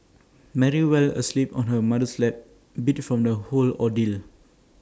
Mary fell asleep on her mother's lap beat from the whole ordeal